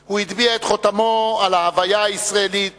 הוא הטביע את חותמו על ההוויה הישראלית